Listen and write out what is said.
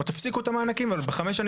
תפסיקו להם את המענקים.